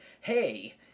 hey